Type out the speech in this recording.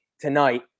tonight